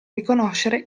riconoscere